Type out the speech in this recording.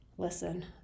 listen